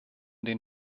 den